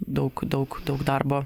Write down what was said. daug daug daug darbo